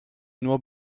nur